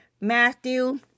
Matthew